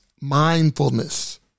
mindfulness